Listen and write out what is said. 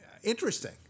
Interesting